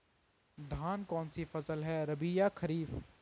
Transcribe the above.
धान कौन सी फसल है रबी या खरीफ?